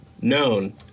known